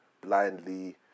blindly